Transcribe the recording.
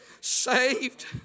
Saved